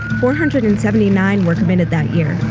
four hundred and seventy nine were committed that year.